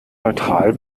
neutral